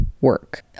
work